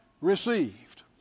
received